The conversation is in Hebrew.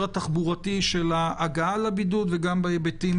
התחבורתי של הגעה לבידוד וגם בהיבטים